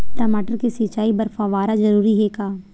टमाटर के सिंचाई बर फव्वारा जरूरी हे का?